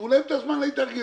תנו להם זמן להתארגנות.